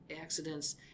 accidents